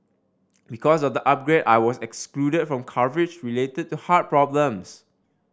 because of the upgrade I was excluded from coverage related the heart problems